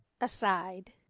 aside